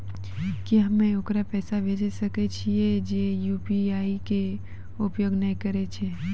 की हम्मय ओकरा पैसा भेजै सकय छियै जे यु.पी.आई के उपयोग नए करे छै?